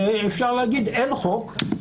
אין שום צורך בתוספת.